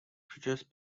produced